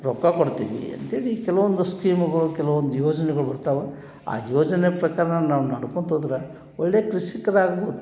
ರೊಕ್ಕ ಕೊಡ್ತೀವಿ ಅಂಥೇಳಿ ಕೆಲವೊಂದು ಸ್ಕೀಮ್ಗಳು ಕೆಲವೊಂದು ಯೋಜನೆಗಳು ಬರ್ತಾವೆ ಆ ಯೋಜನೆ ಪ್ರಕಾರವೇ ನಾವು ನಡ್ಕೊಳ್ತಾ ಹೋದ್ರೆ ಒಳ್ಳೆಯ ಕೃಷಿಕರಾಗ್ಬೋದು